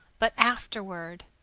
but afterward.